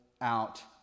out